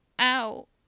Ow